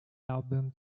album